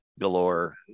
galore